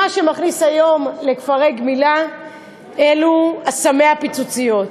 מה שמכניס היום לכפרי גמילה אלו סמי הפיצוציות,